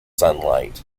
sunlight